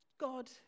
God